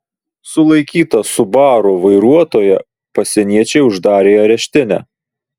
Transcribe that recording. sulaikytą subaru vairuotoją pasieniečiai uždarė į areštinę